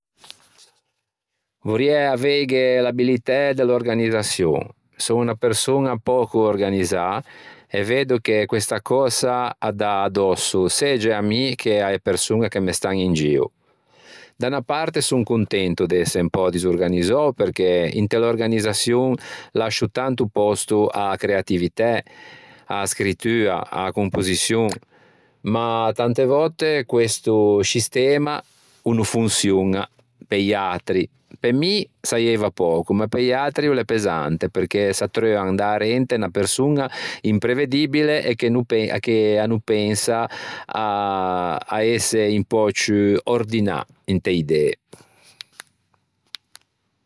Vorriæ aveighe l'abilitæ de l'organizzaçion. Son unna persoña pöco organizzâ e veddo che questa cösa a dà addosso segge à mi che a-e persoñe che me stan in gio. Da unna parte son contento de ëse un pö disorganizzou perché inte l'organizzaçion lascio tanto pòsto a-a creativitæ, a-a scrittua, a-a compoxiçion ma tante vòtte questo scistema o no fonçioña pe-i atri. Pe mi saieiva pöco ma pe-i atri o l'é pesante perché s'attreuan da arente unna persoña imprevedibile e che no e che a no pensa à ëse un pö ciù ordinâ inte idee.